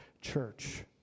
church